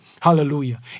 Hallelujah